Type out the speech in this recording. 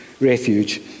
refuge